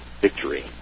victory